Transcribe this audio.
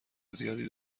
زیادی